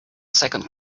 second